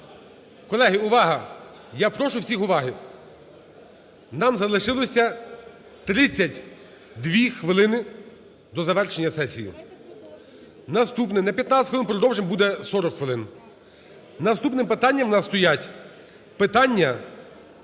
Колеги, увага! Я прошу всіх уваги. Нам залишилося 32 хвилини до завершення сесії. Наступне… На 15 хвилин продовжимо, буде 40 хвилин. Наступні питання у нас стоять питання